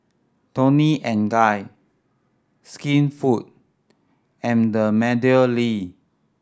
Toni and Guy Skinfood and the MeadowLea